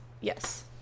Yes